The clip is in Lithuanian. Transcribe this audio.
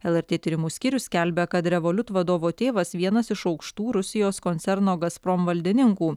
lrt tyrimų skyrius skelbia kad revoliut vadovo tėvas vienas iš aukštų rusijos koncerno gazprom valdininkų